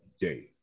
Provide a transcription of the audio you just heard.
day